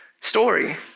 story